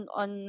on